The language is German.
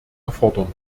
erfordern